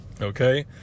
Okay